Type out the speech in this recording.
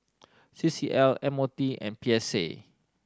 C C L M O T and P S A